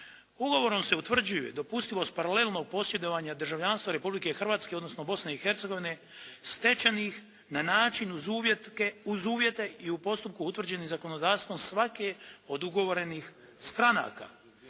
"Ugovorom se utvrđuje dopustivost paralelnog posjedovanja državljanstva Republike Hrvatske, odnosno Bosne i Hercegovine stečenih na način uz uvjete i u postupku utvrđenim zakonodavstvom svake od ugovorenih stranaka,